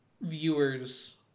viewers